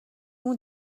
مون